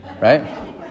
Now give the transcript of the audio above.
Right